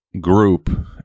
group